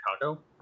Chicago